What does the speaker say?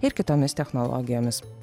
ir kitomis technologijomis